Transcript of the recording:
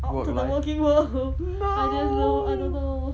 out to the working world I didn't know I don't know